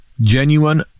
genuine